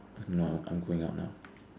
no I'm I'm going out now